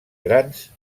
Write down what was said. grans